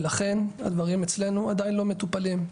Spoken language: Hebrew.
ולכן הדברים אצלנו עדיין לא מטופלים,